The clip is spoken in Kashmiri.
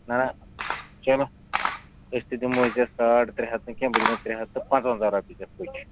نہ نہ چلو أسۍ تہِ دِموے ژےٚ ساڑ ترٛےٚ ہتھ نہٕ کیٚنٛہہ بہٕ دِمَے ترٛےٚ ہَتھ تہٕ پانٛژوَنٛزاہ رۄپیہِ ژےٚ فُچ